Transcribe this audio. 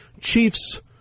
Chiefs